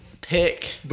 pick